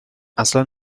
اصلا